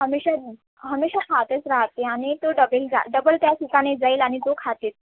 हमेशा हमेशा खातच राहते आणि तो डबेल जा डबल त्याठिकाणी जाईल आणि तो खातेच